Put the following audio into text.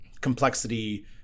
complexity